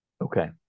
Okay